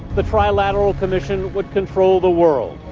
the trilateral commission would control the world.